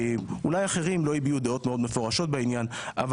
אולי אחרים לא הגיעו דעות מאוד מאוד מפורשות בעניין אבל